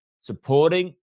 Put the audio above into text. supporting